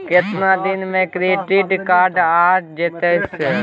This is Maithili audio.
केतना दिन में क्रेडिट कार्ड आ जेतै सर?